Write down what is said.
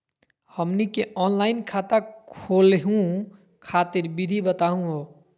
हमनी के ऑनलाइन खाता खोलहु खातिर विधि बताहु हो?